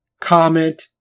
comment